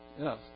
Yes